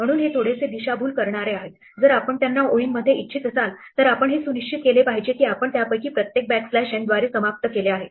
म्हणून हे थोडेसे दिशाभूल करणारे आहे जर आपण त्यांना ओळींमध्ये इच्छित असाल तर आपण हे सुनिश्चित केले पाहिजे की आपण त्यापैकी प्रत्येक बॅकस्लॅश n द्वारे समाप्त केले आहे